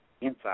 inside